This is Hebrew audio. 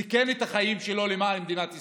סיכן את החיים שלו למען מדינת ישראל,